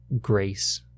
grace